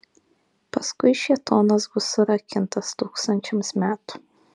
paskui šėtonas bus surakintas tūkstančiams metų